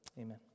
Amen